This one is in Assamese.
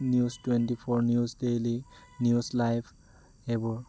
news twenty four news daily news live এইবোৰ